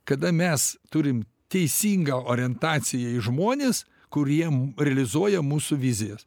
kada mes turim teisingą orientaciją į žmones kuriem realizuoja mūsų vizijas